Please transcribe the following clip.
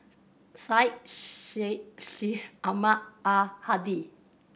Syed Sheikh She Ahmad Al Hadi